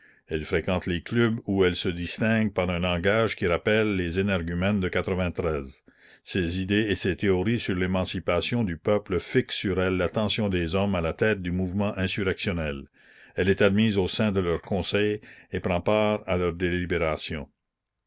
elle fréquente les clubs où elle se distingue par un langage qui rappelle les énergumènes de ses idées et ses théories sur l'émancipation du peuple fixent sur elle l'attention des hommes à la tête du mouvement insurrectionnel elle est admise au sein de leur conseil et prend part à leurs délibérations